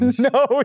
No